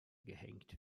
gehängt